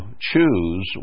choose